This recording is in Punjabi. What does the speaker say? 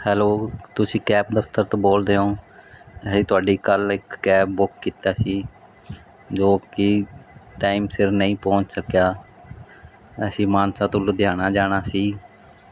ਹੈਲੋ ਤੁਸੀਂ ਕੈਬ ਦਫਤਰ ਤੋਂ ਬੋਲਦੇ ਹੋ ਅਸੀਂ ਤੁਹਾਡੀ ਕੱਲ ਇੱਕ ਕੈਬ ਬੁੱਕ ਕੀਤਾ ਸੀ ਜੋ ਕੀ ਟਾਈਮ ਸਿਰ ਨਹੀਂ ਪਹੁੰਚ ਸਕਿਆ ਅਸੀਂ ਮਾਨਸਾ ਤੋਂ ਲੁਧਿਆਣਾ ਜਾਣਾ ਸੀ